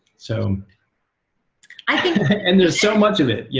so i mean and there's so much of it, yeah